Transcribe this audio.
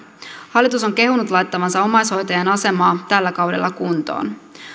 hallitus on kehunut laittavansa omaishoitajan asemaa tällä kaudella kuntoon